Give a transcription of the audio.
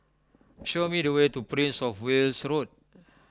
show me the way to Prince of Wales Road